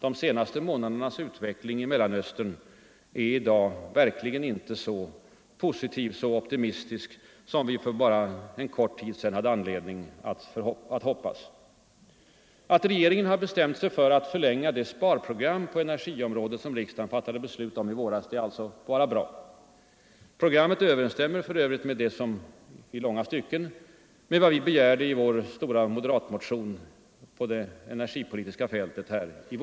De senaste månadernas utveckling i Mellersta Östern är i dag verkligen inte så positiv och optimistisk som vi bara för kort tid sedan hade anledning att hoppas. Att regeringen har beslutat sig för att förlänga det sparprogram på energiområdet som riksdagen fattade beslut om i våras är alltså bara bra. Programmet överensstämmer för övrigt i långa stycken med vad vi i våras begärde i vår stora moderatmotion på det energipolitiska fältet.